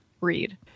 read